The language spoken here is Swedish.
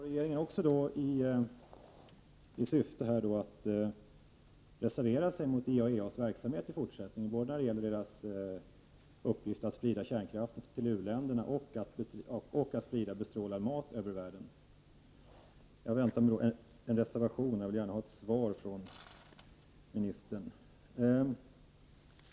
Herr talman! Avser regeringen då också att reservera sig mot IAEA:s verksamhet både när det gäller att sprida kärnkraft till u-länderna och när det gäller att sprida bestrålad mat över världen? Jag väntar mig alltså en reservation, och jag vill gärna ha svar från ministern.